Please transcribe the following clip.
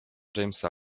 jamesa